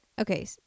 okay